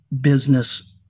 business